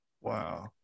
Wow